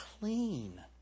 clean